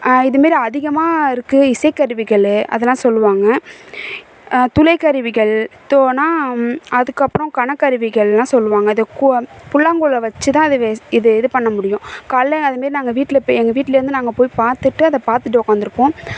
இது மாரி அதிகமாக இருக்குது இசைக்கருவிகள் அதெல்லாம் சொல்லுவாங்க துளைக்கருவிகள் தோன்னா அதுக்கு அப்புறம் கனக்கருவிகள்லாம் சொல்லுவாங்க இது கோ புல்லாங்குழலை வச்சு தான் இது வே இதை இது பண்ண முடியும் காலைல அதே மாரி நாங்கள் வீட்டில் போய் எங்கள் வீட்டிலேருந்து நாங்கள் போய் பார்த்துட்டு அதை பார்த்துட்டு உக்காந்துருப்போம்